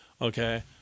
Okay